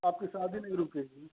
आपकी शादी नहीं रुकेगी